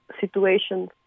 situation